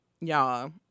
Y'all